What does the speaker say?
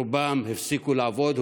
רובם הפסיקו לעבוד,